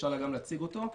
אפשר גם להציג אותו,